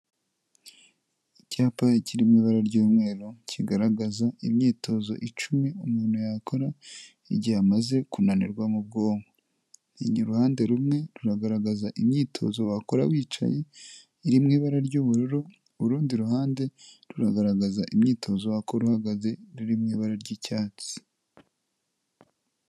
Icyapa kiri mu ibara ry'umweru kigaragaza imyitozo icumi umuntu yakora, igihe amaze kunanirwa mu bwonko. Uruhande rumwe ruragaragaza imyitozo wakora wicaye iri mu ibara ry'ubururu, urundi ruhande ruragaragaza imyitozo wakora uhagaze, ruri mu ibara ry'icyatsi.